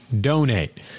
donate